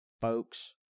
folks